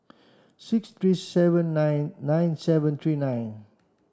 six three seven nine nine seven three nine